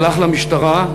הלך למשטרה,